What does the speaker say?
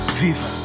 viva